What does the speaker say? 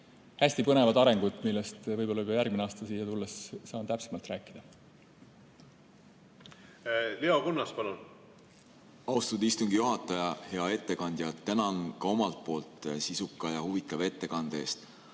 hästi põnevad arengud, millest ma võib-olla ka järgmisel aastal siia tulles saan täpsemalt rääkida. Leo Kunnas, palun! Austatud istungi juhataja! Hea ettekandja! Tänan ka omalt poolt sisuka ja huvitava ettekande eest!